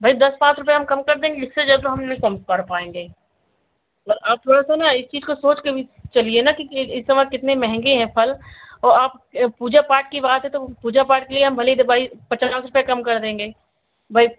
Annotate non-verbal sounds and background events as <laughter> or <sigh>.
भई दस पाँच रुपये हम कम कर देंगे इससे ज्यादा तो हम नहीं कम कर पाएँगे <unintelligible> आप थोड़ा सा ना इस चीज को सोच के भी चलिए न कि इस समय कितने महंगे हैं फल और आप पूजा पाठ की बात है तब हम पूजा पाठ के लिए हम भले ही तो भाई पचास रुपये कम कर देंगे भई